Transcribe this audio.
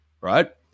right